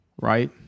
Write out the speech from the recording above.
right